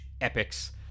epics